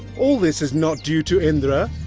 all this is not due to indra,